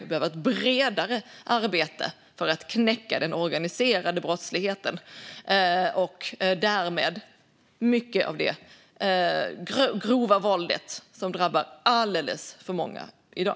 Vi behöver ha ett bredare arbete för att knäcka den organiserade brottsligheten och därmed mycket av det grova våld som drabbar alldeles för många i dag.